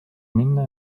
minna